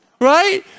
right